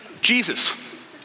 Jesus